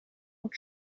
und